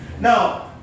Now